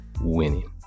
Winning